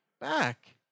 back